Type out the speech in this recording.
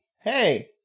Hey